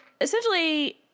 essentially